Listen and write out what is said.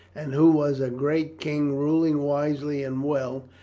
and who was a great king ruling wisely and well,